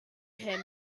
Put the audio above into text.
him